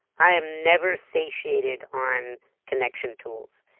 i am never satiated on connection tools.